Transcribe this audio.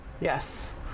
Yes